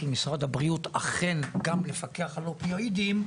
משרד הבריאות אכן גם לפקח על אופיואידים,